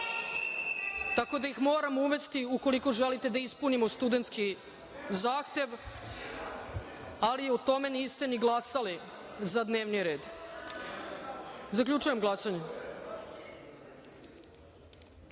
tako da ih moram uvesti ukoliko želite da ispunimo studenski zahtev, ali o tome niste ni glasali za dnevni red. Zaključujem glasanje: